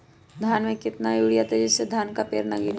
धान में कितना यूरिया दे जिससे धान का पेड़ ना गिरे?